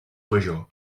major